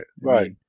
right